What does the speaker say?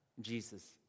Jesus